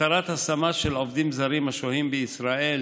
התרת השמה של עובדים זרים השוהים בישראל